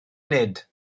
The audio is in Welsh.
nid